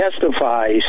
testifies